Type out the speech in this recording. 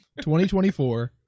2024